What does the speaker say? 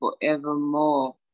forevermore